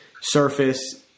surface